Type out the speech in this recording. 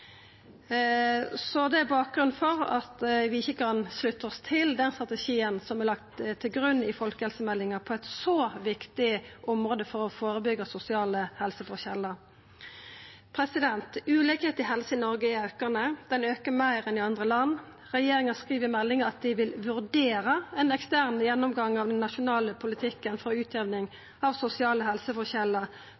så viktig område for å førebyggja sosiale helseforskjellar. Ulikskap innan helse i Noreg er aukande. Han aukar meir enn i andre land. Regjeringa skriv i meldinga at dei vil vurdera ein ekstern gjennomgang av den nasjonale politikken for